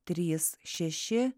trys šeši